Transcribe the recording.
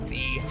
See